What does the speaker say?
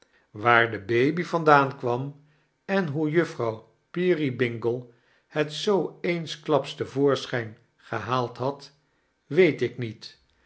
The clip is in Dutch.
waar de baby vandaan kwam en boe juffrouw peerybingle het zoo eensklaps te voorachijn gehaald had weet ik met